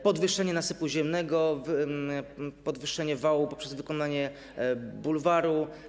Podwyższenie nasypu ziemnego, podwyższenie wału poprzez wykonanie bulwaru.